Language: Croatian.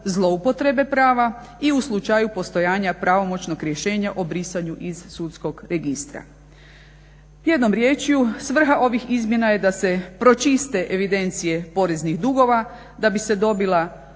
zloupotrebe prava i u slučaju postojanja pravomoćnog rješenja o brisanju iz sudskog registra. Jednom riječju svrha ovih izmjena je da se pročiste evidencije poreznih dugova da bi se dobila